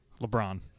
LeBron